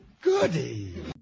goody